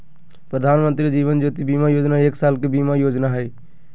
प्रधानमंत्री जीवन ज्योति बीमा योजना एक साल के बीमा योजना हइ